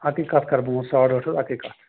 اکٕے کتھ کٔرٕ بہٕ وۅنۍ ساڑ ٲٹھ حظ اکٕے کَتھ